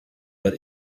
but